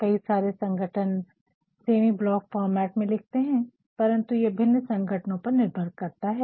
कई सारे संगठन सेमी ब्लॉक फॉर्मेट में लिखते है परन्तु ये भिन्न संगठनों पर निर्भर करता है